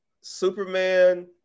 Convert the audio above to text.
Superman